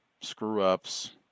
screw-ups